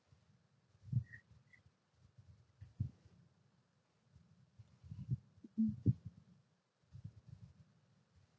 mm